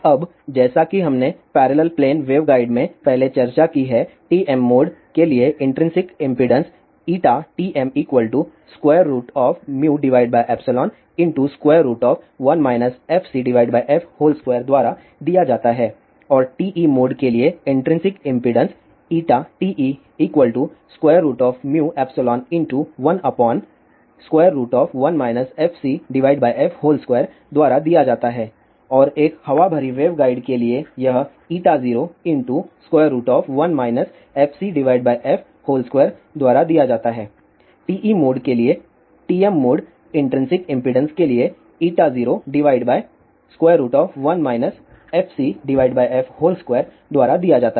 अब जैसा की हमने पैरेलल प्लेन वेवगाइड में पहले चर्चा की है TM मोड के लिए इन्ट्रिंसिक इम्पीडेन्स TM1 fcf2 द्वारा दिया जाता है और TE मोड के लिए इन्ट्रिंसिक इम्पीडेन्स TE11 fcf2 द्वारा दिया जाता है और एक हवा भरी वेवगाइड के लिए यह 01 fcf2 द्वारा दिया जाता है TE मोड के लिए TM मोड इन्ट्रिंसिक इम्पीडेन्स के लिए 01 fcf2द्वारा दिया जाता है